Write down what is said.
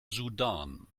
sudan